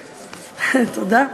תודה.